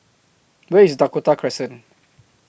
Where IS Dakota Crescent